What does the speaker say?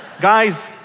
Guys